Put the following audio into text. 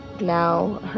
Now